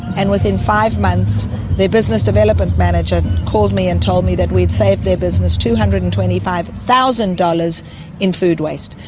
and within five months their business development manager called me and told me that we'd saved their business two hundred and twenty five thousand dollars in food waste.